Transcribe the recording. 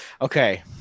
Okay